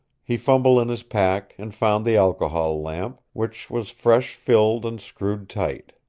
he fumbled in his pack and found the alcohol lamp, which was fresh filled and screwed tight.